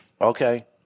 Okay